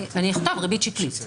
אני אכתוב ריבית שקלית.